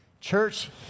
Church